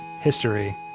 history